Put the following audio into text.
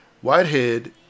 Whitehead